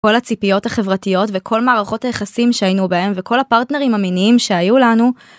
כל הציפיות החברתיות וכל מערכות היחסים שהיינו בהם וכל הפרטנרים המיניים שהיו לנו.